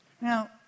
Now